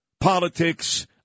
politics